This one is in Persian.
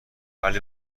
ولی